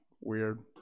weird